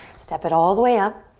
step it all the way up.